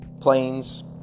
planes